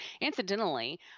Incidentally